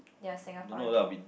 your Singapore dream